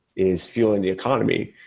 is fueling the economy.